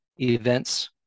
events